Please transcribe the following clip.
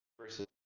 versus